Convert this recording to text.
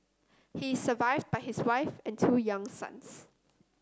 he is survived by his wife and two young sons